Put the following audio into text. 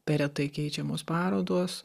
per retai keičiamos parodos